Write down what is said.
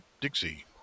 dixie